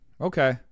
Okay